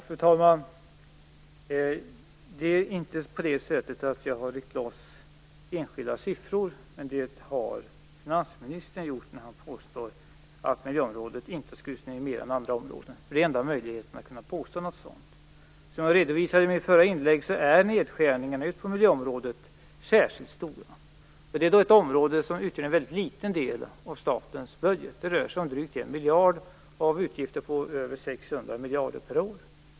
Fru talman! Det inte på det sättet att jag har ryckt loss enskilda siffror. Men det har finansministern gjort när han påstår att miljöområdet inte har skurits ned mer än andra områden. Det är enda möjligheten att kunna påstå något sådant. Som jag redovisade i mitt förra inlägg är nedskärningarna just på miljöområdet särskilt stora. Det är ett område som utgör en mycket liten del av statens budget. Det rör sig om drygt 1 miljard av utgifter på över 600 miljarder per år.